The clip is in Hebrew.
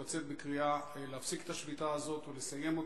לצאת בקריאה להפסיק את השביתה הזו ולסיים אותה.